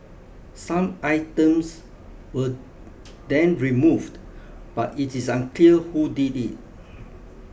some items were then removed but it is unclear who did it